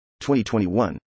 2021